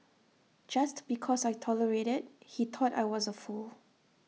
just because I tolerated he thought I was A fool